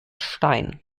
stein